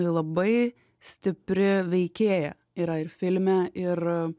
labai stipri veikėja yra ir filme ir